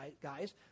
guys